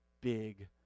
big